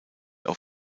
auf